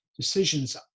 decisions